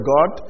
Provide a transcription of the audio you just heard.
God